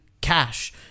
cash